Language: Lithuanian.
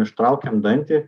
ištraukiam dantį